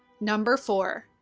number four,